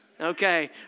Okay